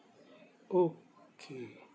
okay